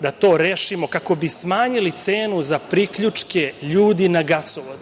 da to rešimo kako bi smanjili cenu za priključke ljudi na gasovod.